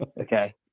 Okay